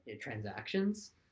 transactions